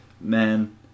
man